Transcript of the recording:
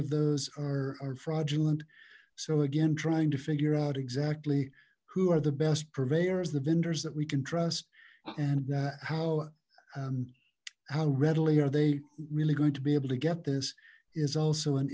of those are fraudulent so again trying to figure out exactly who are the best purveyors the vendors that we can trust and how how readily are they really going to be able to get this is also an